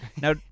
Now